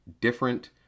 different